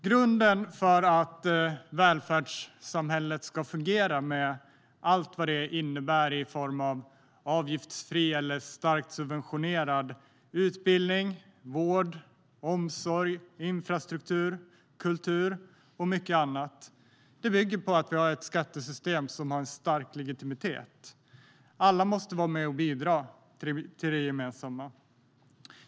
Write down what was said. Grunden för att välfärdssamhället ska fungera med allt vad det innebär i form av avgiftsfri eller starkt subventionerad utbildning, vård, omsorg, infrastruktur, kultur och mycket annat bygger på att vi har ett skattesystem som har en stark legitimitet. Alla måste vara med och bidra till det gemensamma.